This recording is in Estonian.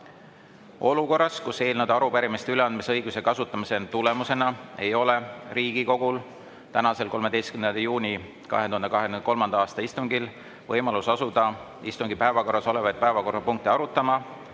töövormis. Olukorras, kus eelnõude ja arupärimiste üleandmise õiguse kasutamise tulemusena ei ole Riigikogul tänasel, 13. juuni 2023. aasta istungil võimalust asuda istungi päevakorras olevaid päevakorrapunkte arutama,